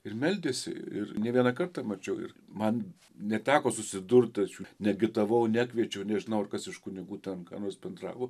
ir meldėsi ir ne vieną kartą mačiau ir man neteko susidurt aš jų neagitavau nekviečiau nežinau ar kas iš kunigų ten ką nors bendravo